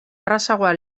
errazagoa